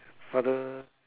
father